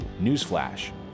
Newsflash